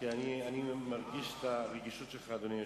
כי אני מרגיש את הרגישות שלך, אדוני היושב-ראש.